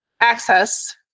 access